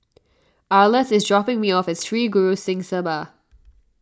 Arleth is dropping me off at Sri Guru Singh Sabha